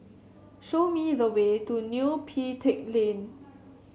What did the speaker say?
show me the way to Neo Pee Teck Lane